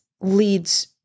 leads